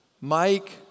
Mike